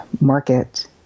market